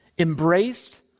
embraced